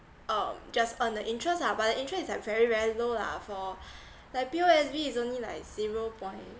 um just earn the interest lah but the interest is like very very low lah for like P_O_S_B is only like zero point